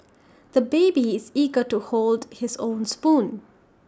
the baby is eager to hold his own spoon